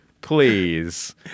please